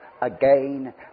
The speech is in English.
again